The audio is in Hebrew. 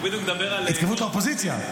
הוא בדיוק מדבר על --- התקרבות לאופוזיציה.